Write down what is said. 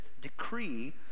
decree